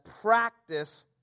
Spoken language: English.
practice